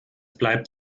bleibt